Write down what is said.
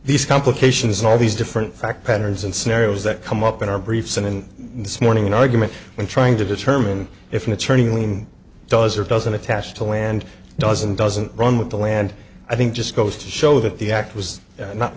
these complications and all these differ fact patterns and scenarios that come up in our briefs and this morning an argument when trying to determine if an attorney leaning does or doesn't attach to land doesn't doesn't run with the land i think just goes to show that the act was not